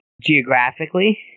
geographically